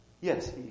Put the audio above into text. Yes